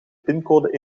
pincode